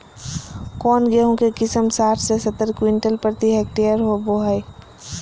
कौन गेंहू के किस्म साठ से सत्तर क्विंटल प्रति हेक्टेयर होबो हाय?